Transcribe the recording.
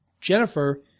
Jennifer